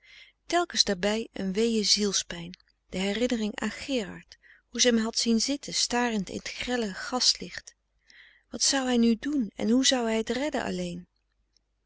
telkens daarbij een weeë zielspijn de herinnering aan gerard hoe ze hem had zien zitten starend in t grelle gaslicht wat zou hij nu doen en hoe zou hij t redden alleen